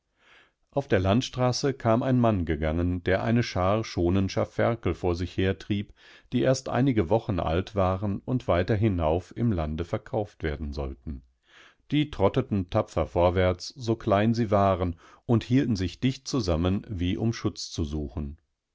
auf der landstraße kam ein mann gegangen der eine schar schonenscher ferkelvorsichhertrieb dieersteinigewochenaltwarenundweiterhinaufim lande verkauft werden sollten die trotteten tapfer vorwärts so klein sie waren und hielten sich dicht zusammen wie um schutz zu suchen